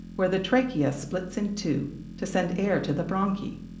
where the trachea splits in two to send air to the bronchi.